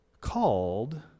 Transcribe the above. called